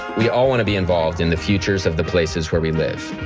we all want to be involved in the futures of the places where we live.